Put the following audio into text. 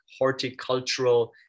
horticultural